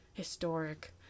historic